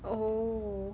oh